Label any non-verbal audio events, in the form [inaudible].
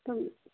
[unintelligible]